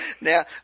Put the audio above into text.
Now